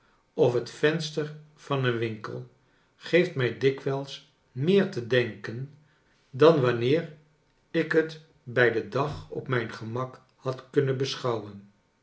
of het venster van een winkel geeft mij dikwijls meer te denken dan wanneer ik het bij den dag op mijn gemak had kunnen beschouwen